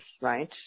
right